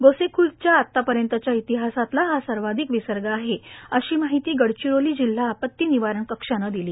गोसेख्र्दच्या आजपर्यंतच्या इतिहासातला हा सर्वाधिक विसर्ग आहे अशी माहिती गडचिरोली जिल्हा आपती निवारण कक्षानं दिली